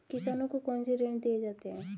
किसानों को कौन से ऋण दिए जाते हैं?